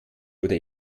oder